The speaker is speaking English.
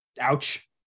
ouch